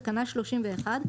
בתקנה 31,